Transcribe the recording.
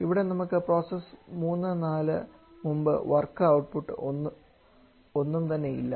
ഇവിടെ നമുക്ക് പ്രോസസ് 3 4 മുൻപ് വർക്ക് ഔട്ട്പുട്ട് ഒന്നും തന്നെ ഇല്ല